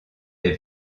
des